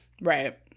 Right